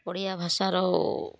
ଓଡ଼ିଆ ଭାଷାର